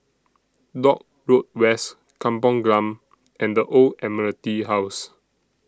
Dock Road West Kampong Glam and The Old Admiralty House